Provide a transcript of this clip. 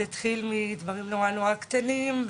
זה התחיל מדברים נורא נורא קטנים,